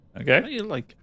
Okay